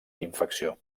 infecció